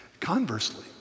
Conversely